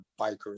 bikers